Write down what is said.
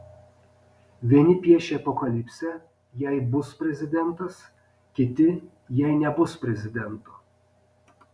vieni piešia apokalipsę jei bus prezidentas kiti jei nebus prezidento